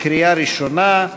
בקריאה ראשונה.